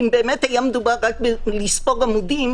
אם באמת היה מדובר רק בספירת עמודים,